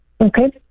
Okay